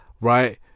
right